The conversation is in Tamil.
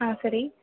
ஆ சரி